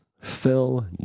phil